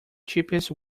cheapest